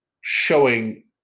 showing